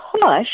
push